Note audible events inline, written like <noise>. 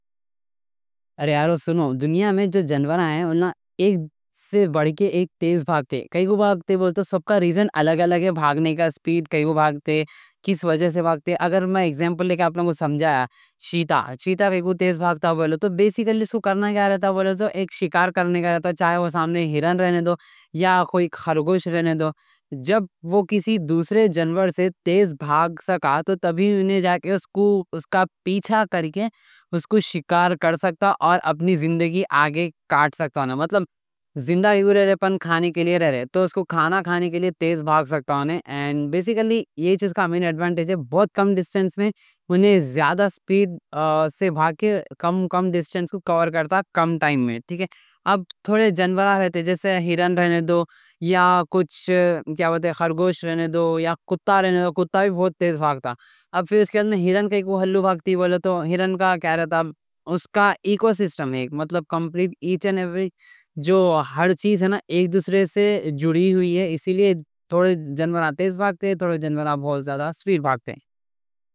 ارے یارو سنو، دنیا میں جو جنور ہیں <hesitation> ایک سے بڑھ کے ایک تیز بھاگتے۔ کائیں کوں بھاگتے بولے تو سب کا ریزن الگ الگ ہے، بھاگنے کا سپیڈ کائیں کوں بھاگتے، کس وجہ سے بھاگتے۔ اگر میں ایک زیمپل دے کے سمجھایا، چیتا بڑا تیز بھاگتا؛ بیسکلی اُس کو کیا کرنا رہتا۔ ایک شکار کرنے کا رہتا، چاہے وہ سامنے ہرن رہنے دو یا کوئی خرگوش رہنے دو، جب وہ کسی دوسرے جنور سے تیز بھاگ سکا تو تب ہی جا کے وہ <hesitation> اُس کا پیچھا کر کے شکار کر سکتا اور اپنی زندگی آگے کاٹ سکتا، مطلب زندہ رہنے۔ اپن کھانے کے لیے رہتے، تو کھانا کھانے کے لیے تیز بھاگ سکتا۔ بیسکلی۔ یہی چیز کا انہیں ایڈوانٹیج ہے، کمی دوری میں زیادہ سپیڈ سے بھاگ کے کم سے کم دوری <hesitation> طے کرنے کے لیے کم ٹائم میں۔ اب تھوڑے جنورہ رہتے جیسے ہرن، کچھ خرگوش یا کتا، یہ بہت تیز بھاگتے۔ اب پھر اس کے بعد ہرن ہلکو بھاگتی بولے تو، ہرن کا ایکو سسٹم ہے، مطلب ہر چیز ایک دوسرے سے جڑی ہوئی ہے؛ اسی لیے تھوڑے جنور تیز بھاگتے، تھوڑے جنور دھیرے بھاگتے۔